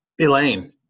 Elaine